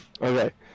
Okay